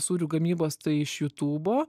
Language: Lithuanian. sūrių gamybos tai iš jutubo